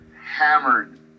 hammered